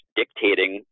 dictating